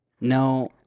no